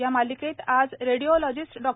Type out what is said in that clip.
या मालिकेत आज रेडिओलॉजिस्ट डॉ